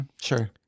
sure